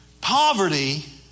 Poverty